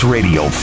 Radio